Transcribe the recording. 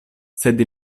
sed